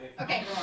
Okay